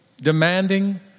demanding